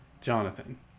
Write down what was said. Jonathan